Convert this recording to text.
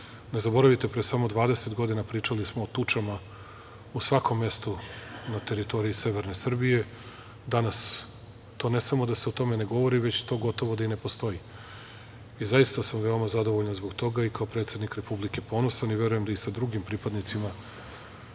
zaboravite, pre samo dvadeset godina pričali smo o tučama u svakom mestu na teritoriji severne Srbije, danas, ne samo da se o tome ne govori, već to gotovo da i ne postoji. Zaista sam veoma zadovoljan zbog toga i kao predsednik Republike ponosan i verujem da i sa drugim pripadnicima